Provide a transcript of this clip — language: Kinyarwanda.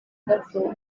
gato